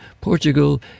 Portugal